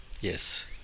Yes